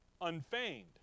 unfeigned